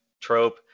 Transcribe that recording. trope